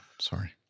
Sorry